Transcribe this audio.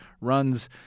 runs